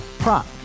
Prop